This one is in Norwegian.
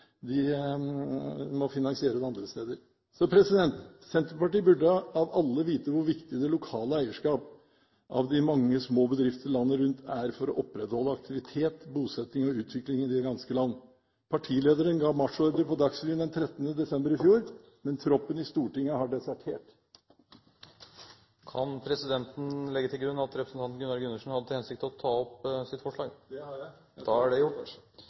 de må finansiere andre steder. Senterpartiet – av alle – burde vite hvor viktig det lokale eierskap av de mange små bedrifter landet rundt er for å opprettholde aktivitet, bosetting og utvikling i det ganske land. Partilederen ga marsjordre på Dagsrevyen den 13. desember i fjor, men troppen i Stortinget har desertert. Kan presidenten legge til grunn at representanten Gunnar Gundersen hadde til hensikt å ta opp sitt forslag? Det hadde jeg. Representanten Gunnar Gundersen har tatt opp det forslaget han refererte til. Det er